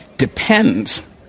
Depends